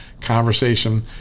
conversation